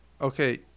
Okay